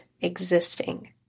existing